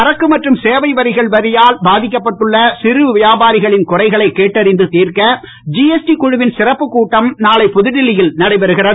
சரக்கு மற்றும் சேவைகள் வரியால் பாதிக்கப்பட்டுள்ள சிறு வியாபாரிகளின் குறைகளைக் கேட்டறிந்து திர்க்க ஜிஎஸ்டி குழவின் சிறப்புக் கூட்டம் நாளை புதுடில்லி யில் நடைபெறுகிறது